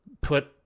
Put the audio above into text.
put